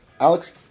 Alex